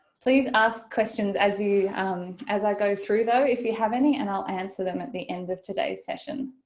please ask questions as you um as i go through though if you have any and i'll answer them at the end of today's session.